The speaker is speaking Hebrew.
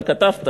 אבל כתבת,